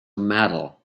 metal